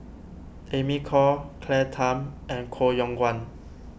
Amy Khor Claire Tham and Koh Yong Guan